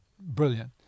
brilliant